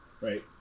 right